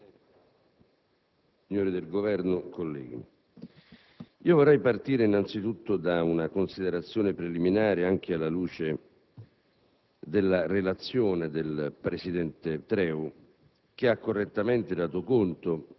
signori del Governo, colleghi, vorrei partire innanzitutto da una considerazione preliminare, anche alla luce